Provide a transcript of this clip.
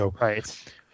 Right